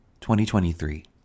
2023